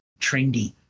trendy